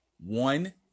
One